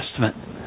Testament